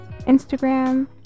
Instagram